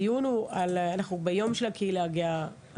אנחנו ביום של הקהילה הגאה,